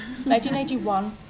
1981